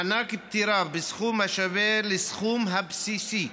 מענק פטירה בסכום השווה לסכום הבסיסי,